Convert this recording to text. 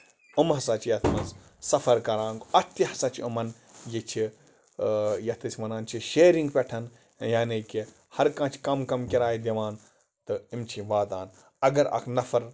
یِم ہسا چھِ اَتھ منٛز سَفر کران اَتھ تہِ ہسا چھِ یِمَن یہِ چھِ یَتھ أسۍ وَنان چھِ شِیرِنگ پٮ۪ٹھ یعنی کہِ ہَر کانہہ چھُ کَم کَم کِراے دِوان تہٕ یِم چھِ واتان اَگر اکھ نَفر